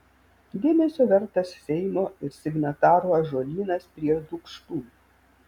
dėmesio vertas seimo ir signatarų ąžuolynas prie dūkštų